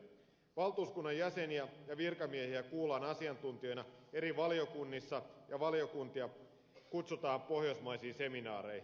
valtuuskunnan jäseniä ja virkamiehiä kuullaan asiantuntijoina eri valiokunnissa ja valiokuntia kutsutaan pohjoismaisiin seminaareihin